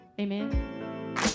Amen